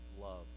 love